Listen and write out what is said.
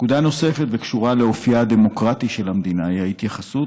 נקודה נוספת וקשורה לאופייה הדמוקרטי של המדינה היא ההתייחסות